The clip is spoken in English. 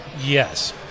Yes